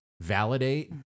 validate